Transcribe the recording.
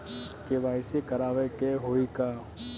KYC करावे के होई का?